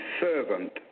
servant